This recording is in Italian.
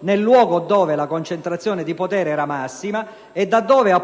nel luogo dove la concentrazione di potere era massima e da dove